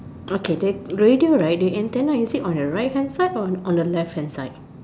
okay the radio right the antenna is it on your right hand side or on your left hand side